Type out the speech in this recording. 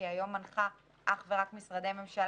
כי היום היא מנחה אך ורק משרדי ממשלה,